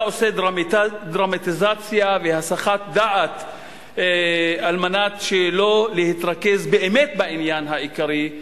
עושה דרמטיזציה והסחת דעת על מנת שלא להתרכז באמת בעניין העיקרי,